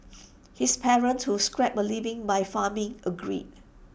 his parents who scraped A living by farming agreed